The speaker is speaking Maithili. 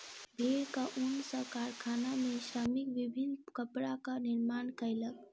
भेड़क ऊन सॅ कारखाना में श्रमिक विभिन्न कपड़ाक निर्माण कयलक